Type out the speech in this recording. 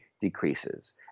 decreases